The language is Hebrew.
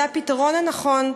זה הפתרון הנכון,